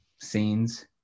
scenes